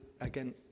again